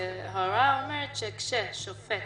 וההוראה אומרת שכאשר שופט